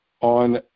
on –